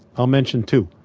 i'll mention two.